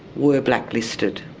were blacklisted.